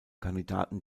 kandidaten